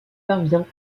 parvient